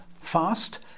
fast